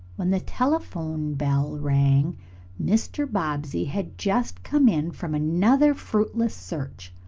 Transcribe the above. when the telephone bell rang mr. bobbsey had just come in from another fruitless search.